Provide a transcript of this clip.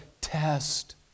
test